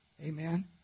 Amen